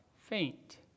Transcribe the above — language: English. faint